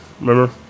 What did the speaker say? Remember